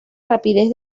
rapidez